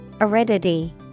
aridity